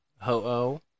Ho-Oh